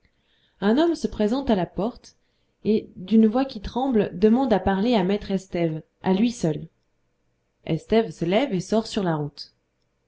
un homme se présente à la porte et d'une voix qui tremble demande à parler à maître estève à lui seul estève se lève et sort sur la route